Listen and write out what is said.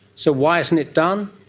so why isn't it done?